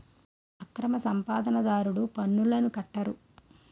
అక్రమ సంపాదన దారులు పన్నులను కట్టరు